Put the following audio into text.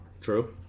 True